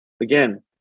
again